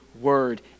word